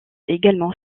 également